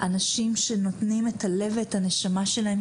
יש בה אנשים שנותנים את הלב ואת הנשמה שלהם